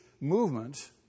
movement